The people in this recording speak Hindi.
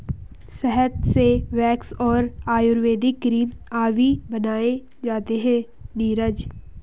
शहद से वैक्स और आयुर्वेदिक क्रीम अभी बनाए जाते हैं नीरज